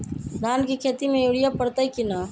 धान के खेती में यूरिया परतइ कि न?